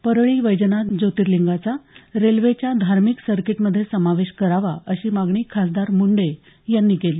परळी वैद्यनाथ ज्योतिर्लिंगाचा रेल्वेच्या धार्मिक सर्किटमध्ये समावेश करावा अशी मागणी खासदार मुंडे यांनी केली